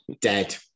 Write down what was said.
dead